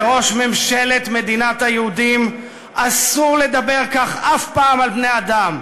לראש ממשלת מדינת היהודים אסור לדבר כך אף פעם על בני-אדם,